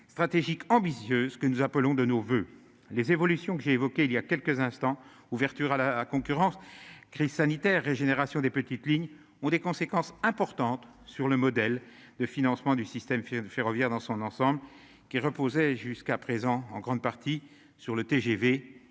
stratégique ambitieux, ce que nous appelons de nos voeux les évolutions que j'ai évoqué il y a quelques instants, ouverture à la concurrence, crise sanitaire régénération des petites lignes ont des conséquences importantes sur le modèle de financement du système ferroviaire dans son ensemble qui reposait jusqu'à présent en grande partie sur le TGV